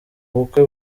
bukwe